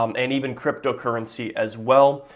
um and even cryptocurrency as well.